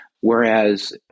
Whereas